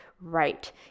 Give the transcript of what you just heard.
right